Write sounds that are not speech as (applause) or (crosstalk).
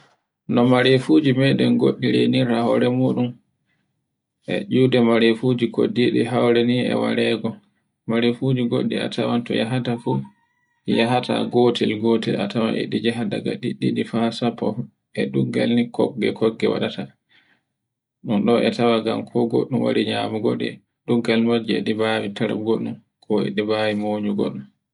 No mere fuji meɗen goɗɗi renirar hore muɗun, e tcude mere fuji koddi haurani e warego mere fuji goɗɗi a tawen to yahta fu (noise) yahaata gotel, gotel a tawai di njaha daga ɗiɗɗiɗi haa sappo e ɗuggal nikobbe kokke waɗaata. Un ɗon e tawa ngam ko goɗɗum wari nyami godi, duggan ngo e wawai tari e ko e ɗi mbawai mbara.